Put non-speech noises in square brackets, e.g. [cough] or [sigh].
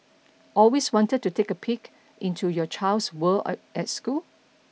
always wanted to take a peek into your child's world [noise] at school